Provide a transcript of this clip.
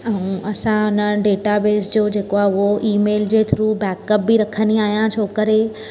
ऐं असां हुन डेटा बेस जो जेको आहे उहो ईमेल जे थ्रू बेकअप बि रखंदी आहियां छो करे